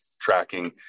tracking